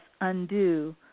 undo